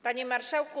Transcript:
Panie Marszałku!